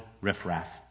riffraff